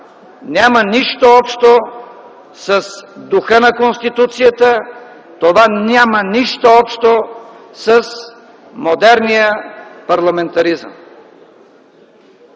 няма нищо общо с духа на Конституцията, това няма нищо общо с модерния парламентаризъм.